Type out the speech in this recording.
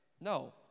No